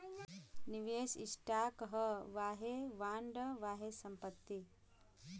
निवेस स्टॉक ह वाहे बॉन्ड, वाहे संपत्ति